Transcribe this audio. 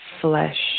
flesh